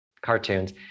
cartoons